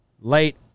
Late